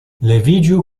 leviĝu